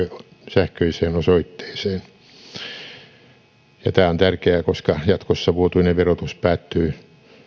sähköiseen osoitteeseen tämä on tärkeää koska jatkossa vuotuinen verotus päättyy